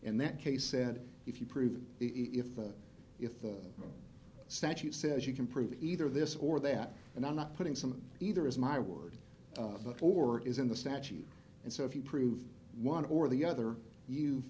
in that case said if you prove if the if the statute says you can prove either this or that and i'm not putting some either is my ward or is in the statute and so if you prove one or the other you